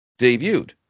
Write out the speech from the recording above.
debuted